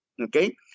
Okay